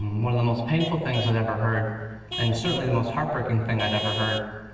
one of the most painful things i'd ever heard and certainly the most heartbreaking thing i'd ever heard,